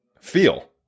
feel